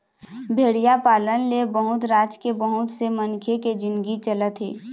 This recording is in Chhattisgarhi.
भेड़िया पालन ले बहुत राज के बहुत से मनखे के जिनगी चलत हे